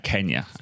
Kenya